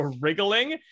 wriggling